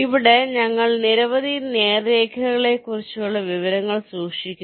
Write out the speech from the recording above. ഇവിടെ ഞങ്ങൾ നിരവധി നേർരേഖകളെക്കുറിച്ചുള്ള വിവരങ്ങൾ സൂക്ഷിക്കുന്നു